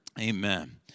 Amen